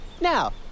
Now